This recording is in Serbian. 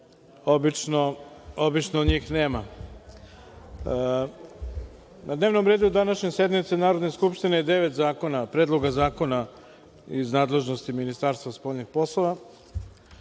obično njih nema. Na dnevnom redu današnje sednice Narodne Skupštine je devet predloga zakona iz nadležnosti Ministarstva spoljnih poslova.